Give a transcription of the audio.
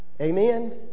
Amen